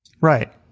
Right